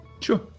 Sure